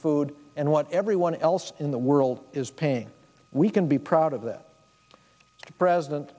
food and what everyone else in the world is paying we can be proud of that president